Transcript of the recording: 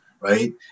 Right